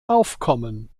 aufkommen